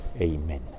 Amen